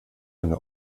eine